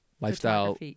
lifestyle